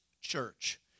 church